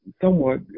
somewhat